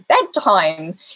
bedtime